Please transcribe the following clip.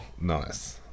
nice